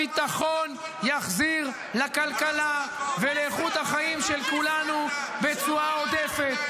הביטחון יחזיר לכלכלה ולאיכות החיים של כולנו בתשואה עודפת,